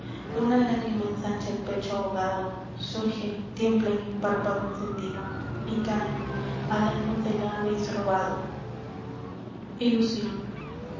una lágrima ensancha el pecho ahogado surge tiembla en el párpado encendido y cae al alma se la habeis robado ilusion